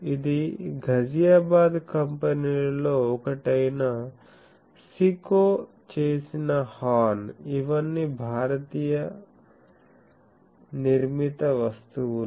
ఇది ఘజియాబాద్ కంపెనీలలో ఒకటైన సికో చేసిన హార్న్ ఇవన్నీ భారతీయ నిర్మిత వస్తువులు